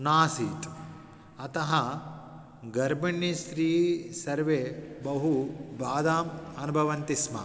नासीत् अतः गर्भिणी स्त्री सर्वे बहु बाधाम् अनुभवन्ति स्म